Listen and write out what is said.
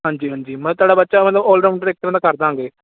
ਹਾਂਜੀ ਹਾਂਜੀ ਮੈਂ ਤੁਹਾਡਾ ਬੱਚਾ ਮਤਲਬ ਆਲ ਰਾਊਡਰਰ ਦਾਂਗੇ